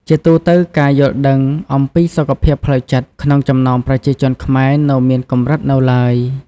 ជាទូទៅ ការយល់ដឹងអំពីសុខភាពផ្លូវចិត្តក្នុងចំណោមប្រជាជនខ្មែរនៅមានកម្រិតនៅឡើយ។